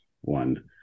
one